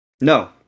No